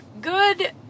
good